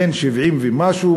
בן 70 ומשהו,